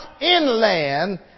inland